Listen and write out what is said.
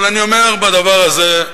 אבל אני אומר, בדבר הזה,